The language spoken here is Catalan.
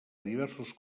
diversos